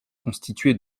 constitué